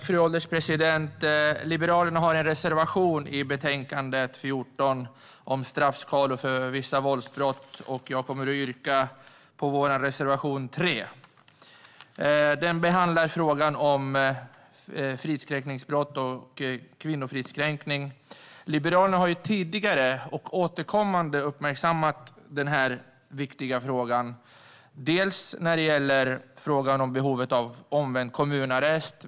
Fru ålderspresident! Liberalerna har en reservation i betänkande JuU14 om straffskalor för vissa våldsbrott, och jag yrkar bifall till vår reservation 3. Den behandlar frågan om fridskränkningsbrott och kvinnofridskränkning. Liberalerna har tidigare och återkommande uppmärksammat den viktiga frågan. Det handlar bland annat om frågan om behovet av omvänd kommunarrest.